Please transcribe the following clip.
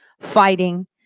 fighting